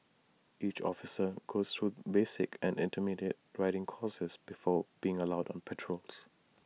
each officer goes through basic and intermediate riding courses before being allowed on patrols